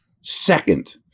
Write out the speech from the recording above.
second